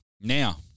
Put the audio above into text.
Now